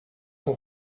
com